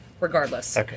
regardless